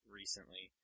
recently